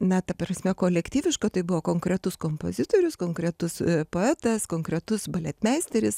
na ta prasme kolektyviško tai buvo konkretus kompozitorius konkretus poetas konkretus baletmeisteris